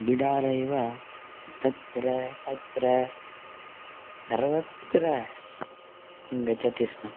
बिडालः इव तत्र अत्र सर्वत्र गच्छति स्म